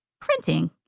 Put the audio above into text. printing